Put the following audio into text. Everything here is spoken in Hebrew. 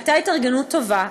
הייתה התארגנות טובה,